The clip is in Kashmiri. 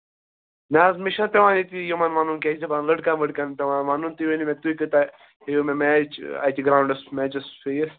نہَ حظ مےٚ چھُنہٕ پٮ۪وان یِیٚتہِ یِمَن وَنُن کیٛاہ چھِ دپان لٔڑکن ؤڑکَن پٮ۪وان وَنُن تُہۍ ؤنِو مےٚ تُہۍ کوٗتاہ ہیٚیِو مےٚ میچ اتہِ گرٛاوُنٛڈس میچَس فیٖس